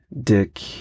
dick